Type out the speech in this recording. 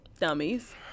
dummies